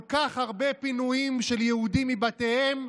כל כך הרבה פינויים של יהודים מבתיהם,